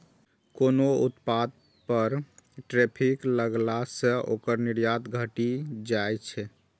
कोनो उत्पाद पर टैरिफ लगला सं ओकर निर्यात घटि जाइ छै